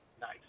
Nice